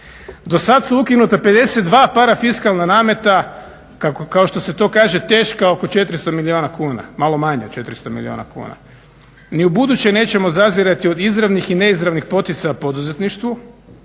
Dosad su ukinuta 52 parafiskalna nameta, kao što se to kaže teška oko 400 milijuna kuna, malo manje od 400 milijuna kuna. Ni u buduće nećemo zazirati od izravnih i neizravnih poticaja poduzetništvu,